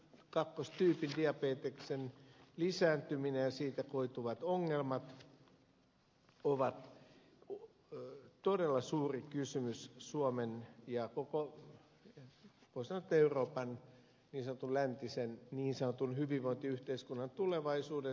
kakkostyypin diabeteksen lisääntyminen ja siitä koituvat ongelmat ovat todella suuri kysymys suomen ja koko voi sanoa euroopan niin sanotun hyvinvointiyhteiskunnan tulevaisuuden suhteen